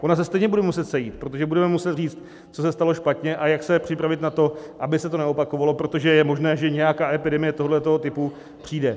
Ona se stejně bude muset sejít, protože budeme muset říct, co se stalo špatně a jak se připravit na to, aby se to neopakovalo, protože je možné, že nějaká epidemie tohoto typu přijde.